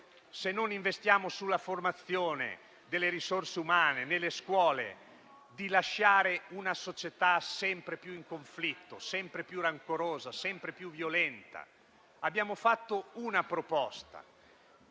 se non investiamo nella formazione delle risorse umane nelle scuole, rischia di lasciare una società sempre più in conflitto, sempre più rancorosa e sempre più violenta. Abbiamo fatto una proposta